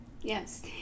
Yes